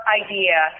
idea